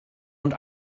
und